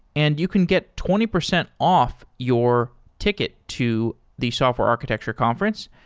and you can get twenty percent off your ticket to the software architecture conference.